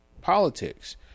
politics